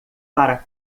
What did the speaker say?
para